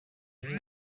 nyine